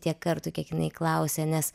tiek kartų kiek jinai klausė nes